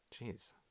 Jeez